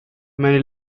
many